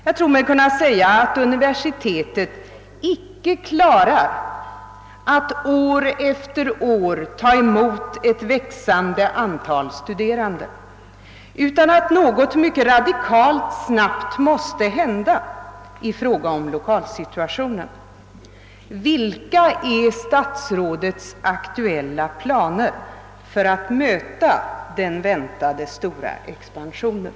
Jag tror mig kunna säga att universitetet icke klarar att år efter år ta emot ett växande antal studenter utan att något mycket radikalt snabbt händer i fråga om lokalsituatio nen. Vilka är statsrådets aktuella planer för att möta den väntade stora expansionen?